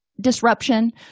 disruption